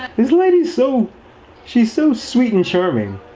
this lady, so she's so sweet and charming.